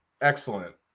Excellent